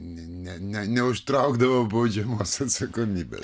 ne ne neužtraukdavo baudžiamos atsakomybės